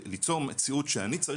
ליצור מציאות שאני צריך,